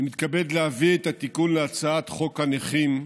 אני מתכבד להביא את התיקון להצעת חוק הנכים,